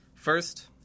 First